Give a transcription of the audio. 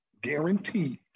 Guaranteed